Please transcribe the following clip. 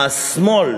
השמאל,